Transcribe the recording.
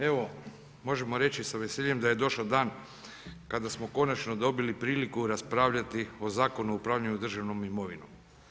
Evo, možemo reći sa veseljem da je došao dan, kada smo konačno dobili priliku raspravljati o Zakonu o upravljanjem državnom imovnom.